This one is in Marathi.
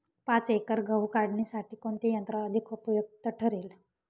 पाच एकर गहू काढणीसाठी कोणते यंत्र अधिक उपयुक्त ठरेल?